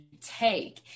take